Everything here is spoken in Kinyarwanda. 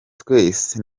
twese